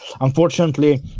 Unfortunately